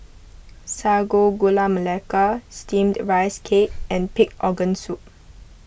Sago Gula Melaka Steamed Rice Cake and Pig Organ Soup